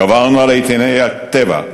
גברנו על איתני הטבע,